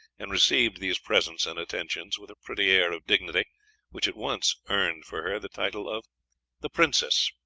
and received these presents and attentions with a pretty air of dignity which at once earned for her the title of the princess.